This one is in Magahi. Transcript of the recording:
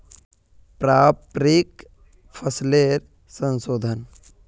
पारंपरिक फसलेर संशोधन